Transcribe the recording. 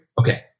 okay